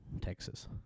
Texas